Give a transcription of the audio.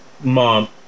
mom